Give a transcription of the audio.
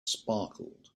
sparkled